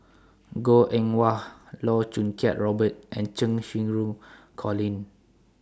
Goh Eng Wah Loh Choo Kiat Robert and Cheng Xinru Colin